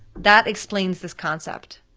that explains this concept.